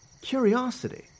curiosity